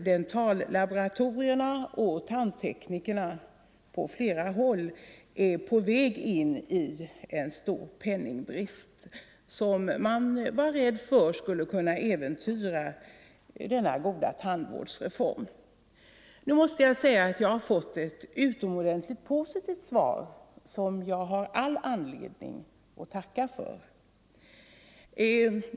Dentallaboratorierna och tandteknikerna är på flera håll på väg mot stor penningbrist, som man befarar skulle kunna äventyra denna delvis goda tandvårdsreformen. Jag måste säga att jag har fått ett utomordentligt positivt svar, som jag har all anledning att tacka för.